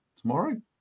tomorrow